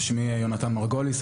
שמי יהונתן מרגוליס,